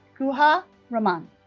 guha raman